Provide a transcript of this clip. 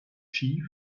schief